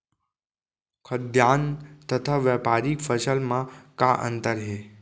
खाद्यान्न तथा व्यापारिक फसल मा का अंतर हे?